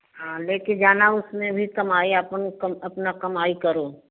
हाँ लेके जाना उसमें भी कमाई अपन कम अपना कमाई करो